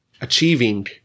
achieving